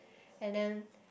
and then